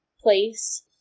place